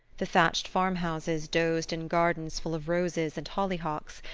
the thatched farmhouses dozed in gardens full of roses and hollyhocks,